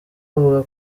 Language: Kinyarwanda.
avuga